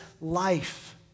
life